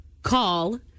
Call